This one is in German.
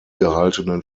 gehaltenen